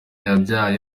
yabyaye